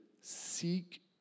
seek